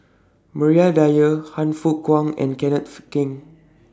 Maria Dyer Han Fook Kwang and Kenneth Keng